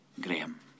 Graham